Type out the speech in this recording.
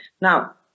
Now